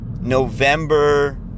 November